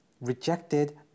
rejected